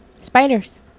Spiders